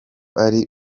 ari